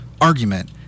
argument